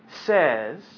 Says